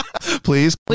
please